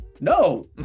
No